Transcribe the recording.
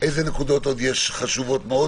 איזה עוד נקודות חשובות מאוד יש?